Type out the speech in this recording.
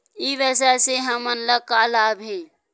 ई व्यवसाय से हमन ला का लाभ हे?